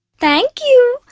thank you.